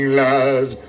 lad